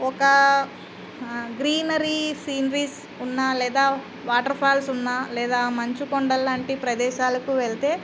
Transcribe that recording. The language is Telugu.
ఒక గ్రీనరీ సీనరీస్ ఉన్న లేదా వాటర్ ఫాల్స్ ఉన్న లేదా మంచు కొండలాంటి ప్రదేశాలకు వెళ్తే